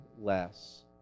less